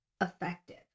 effective